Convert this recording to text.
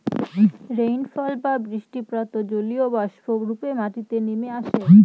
rainfall বা বৃষ্টিপাত জলীয়বাষ্প রূপে মাটিতে নেমে আসে